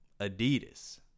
Adidas